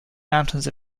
mountains